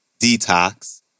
Detox